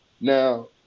now